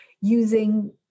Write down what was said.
using